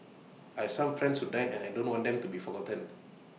I have some friends who died and I don't want them to be forgotten